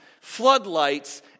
floodlights